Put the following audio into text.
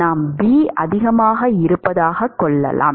நாம் B அதிகமாக இருப்பதாகக் கொள்ளலாம்